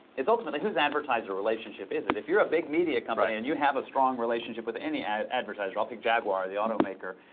is ultimately whose advertiser relationship is it? if you're a big media company, and you have a strong relationship with any advertiser, i'll pick jaguar, the auto-maker.